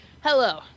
hello